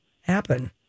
happen